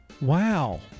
Wow